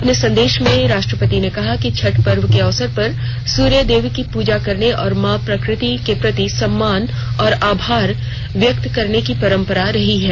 अपने संदेश में राष्ट्रपति ने कहा कि छठ पर्व के अवसर पर सूर्य देव की पूजा करने और मां प्रकृति के प्रति सम्मान और आभार व्यक्त करने की परम्पररा रही है